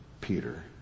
Peter